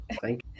Thank